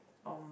um